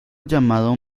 llamado